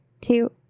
two